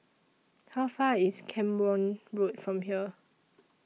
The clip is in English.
How Far IS Camborne Road from here